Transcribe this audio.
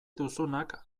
duzunak